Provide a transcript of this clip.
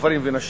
גברים ונשים,